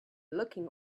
looking